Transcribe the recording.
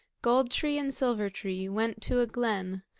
gold-tree and silver-tree went to a glen,